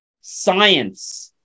science